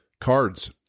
cards